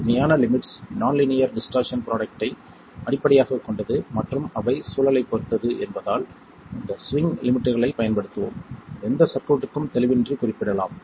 உண்மையான limits non linear distortion ப்ரோடக்ட்டை அடிப்படையாகக் கொண்டது மற்றும் அவை சூழலைப் பொறுத்தது என்பதால் இந்த ஸ்விங் லிமிட்ஸ்களைப் பயன்படுத்துவோம் எந்தச் சர்க்யூட்க்கும் தெளிவின்றி குறிப்பிடலாம்